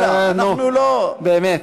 נו, באמת.